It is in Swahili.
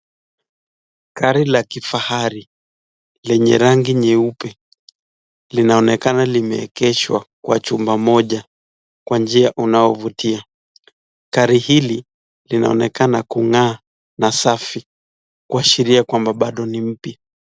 Gari la kifahari lenye rangi nyeupe linaonekana limeegeshwa kwa chumba moja kwa njia unaovutia. Gari hili linaonekana kung'aa na safi kuashiria kwamba bado ni mpya.